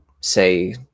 say